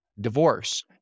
divorce